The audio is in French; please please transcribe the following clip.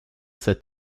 sept